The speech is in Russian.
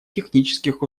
технических